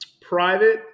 Private